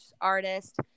artist